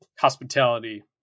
hospitality